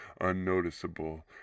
unnoticeable